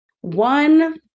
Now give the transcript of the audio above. One